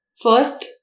First